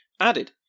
added